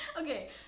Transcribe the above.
Okay